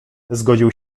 zgodził